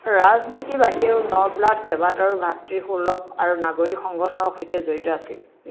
ৰাজনীতিৰ বাহিৰেও নৰ্ব্লাড কেইবাটাও ভ্ৰাতৃসুলভ আৰু নাগৰিক সংগঠনৰ সৈতে জড়িত আছিল